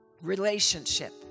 relationship